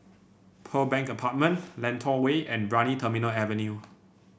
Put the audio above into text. Pearl Bank Apartment Lentor Way and Brani Terminal Avenue